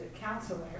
counselor